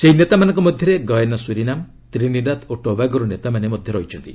ସେହି ନେତାମାନଙ୍କ ମଧ୍ୟରେ ଗୟାନା ସୁରିନାମ୍ ତ୍ରିନିଦାଦ୍ ଓ ଟବାଗୋର ନେତାମାନେ ମଧ୍ୟ ରହିଛନ୍ତି